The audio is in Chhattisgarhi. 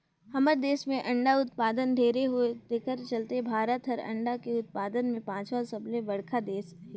हमर देस में अंडा उत्पादन ढेरे होथे तेखर चलते भारत हर अंडा के उत्पादन में पांचवा सबले बड़खा देस हे